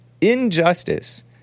Injustice